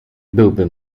byłby